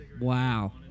Wow